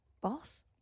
boss